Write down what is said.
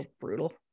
brutal